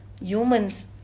humans